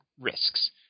risks